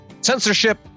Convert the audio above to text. Censorship